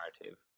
narrative